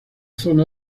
zona